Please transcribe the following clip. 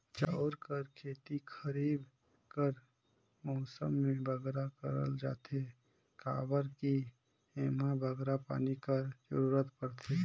चाँउर कर खेती खरीब कर मउसम में बगरा करल जाथे काबर कि एम्हां बगरा पानी कर जरूरत परथे